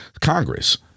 Congress